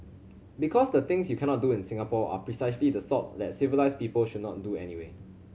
because the things you cannot do in Singapore are precisely the sort that civilised people should not do anyway